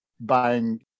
buying